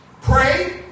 Pray